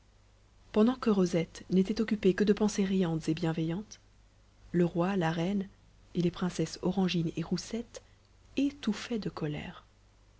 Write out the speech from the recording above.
pendant que rosette n'était occupée que de pensées riantes et bienveillantes le roi la reine et les princesses orangine et roussette étouffaient de colère